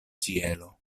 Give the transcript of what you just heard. ĉielo